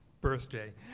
birthday